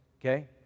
okay